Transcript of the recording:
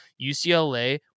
UCLA